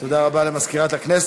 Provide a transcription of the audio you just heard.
תודה רבה למזכירת הכנסת.